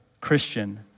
Christian